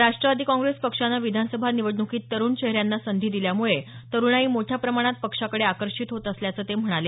राष्ट्रवादी काँग्रेस पक्षानं विधानसभा निवडण्कीत तरुण चेहऱ्यांना संधी दिल्यामुळे तरुणाई मोठ्या प्रमाणात पक्षाकडे आकर्षित होत असल्याचं ते म्हणाले